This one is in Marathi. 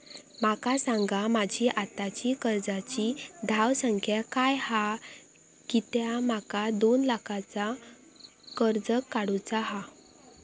माका सांगा माझी आत्ताची कर्जाची धावसंख्या काय हा कित्या माका दोन लाखाचा कर्ज काढू चा हा?